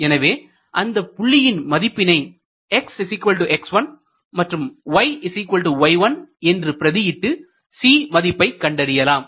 எனவே அந்தப் புள்ளியின் மதிப்பினை xx1 மற்றும் yy1 என்று பிரதியீட்டு c மதிப்பை கண்டறியலாம்